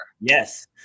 Yes